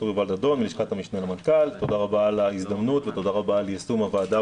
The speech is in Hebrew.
תודה רבה על ההזדמנות ותודה רבה על ייזום הוועדה